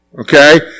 Okay